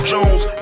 Jones